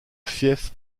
fief